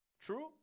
True